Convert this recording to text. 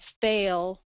fail